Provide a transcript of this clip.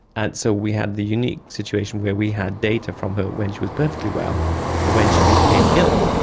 and so we had the unique situation where we had data from her when she was perfectly well and when she became ill.